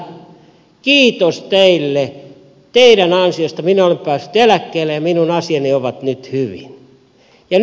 kiitos teille teidän ansiosta minä olen päässyt eläkkeelle ja minun asiani ovat nyt hyvin